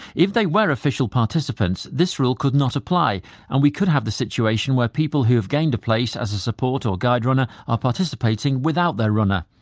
if they were official participants this rule could not apply and we could have the situation where people who have gained a place as a support or guide runner are participating without their runner.